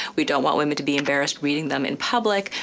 we don't want women to be embarrassed reading them in public,